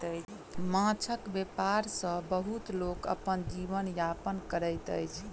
माँछक व्यापार सॅ बहुत लोक अपन जीवन यापन करैत अछि